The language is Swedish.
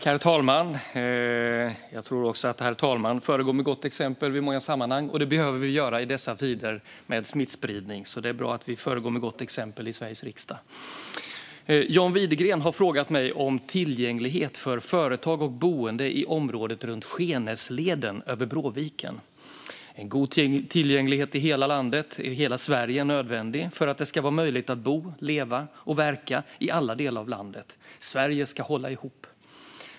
Herr talman! John Widegren har frågat mig om tillgänglighet för företag och boende i området runt Skenäsleden över Bråviken. En god tillgänglighet i hela Sverige är nödvändig för att det ska vara möjligt att bo, leva och verka i alla delar av landet. Sverige ska hålla ihop.